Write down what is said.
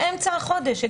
לאמצע החודש.